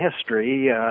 history